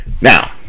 Now